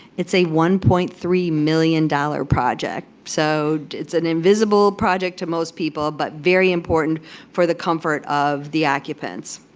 it's a one point three million dollar project, so it's an invisible project to most people but very important for the comfort of the occupants.